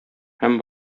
һәм